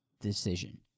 decision